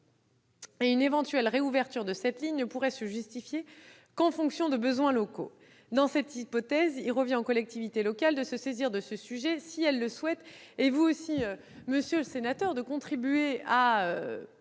Une éventuelle réouverture de cette ligne ne pourrait se justifier qu'en fonction de besoins locaux. Dans cette hypothèse, il revient aux collectivités locales de se saisir de ce sujet, si elles le souhaitent, et à vous aussi, monsieur le sénateur, de contribuer